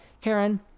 Karen